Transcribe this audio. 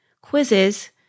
quizzes